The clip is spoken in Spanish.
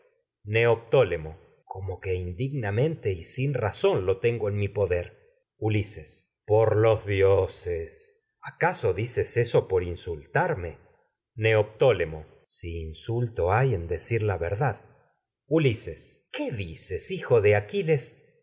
devol neoptólemo como que lo indignamente y sin razón tengo en mi ulises poder por los dioses acaso dices eso por insul tarme neoptólemo ulises has si insulto hay en decir la verdad qué dices hijo de aquilesj